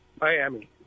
Miami